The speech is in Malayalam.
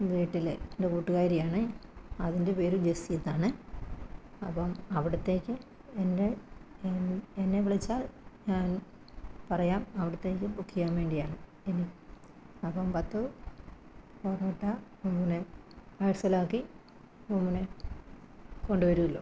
വീട്ടിലെ എൻ്റെ കൂട്ടുകാരിയാണ് അതിൻ്റെ പേര് ജെസ്സി എന്നാണ് അപ്പം അവിടുത്തേക്ക് എൻ്റെ എൻ എന്നെ വിളിച്ചാൽ ഞാൻ പറയാം അവിടുത്തേക്ക് ബുക്ക് ചെയ്യാൻ വേണ്ടിയാണ് ഇനി അപ്പം പത്ത് പൊറോട്ട പിന്നെ പാഴ്സൽ ആക്കി പിന്നെ കൊണ്ട് വരുമല്ലോ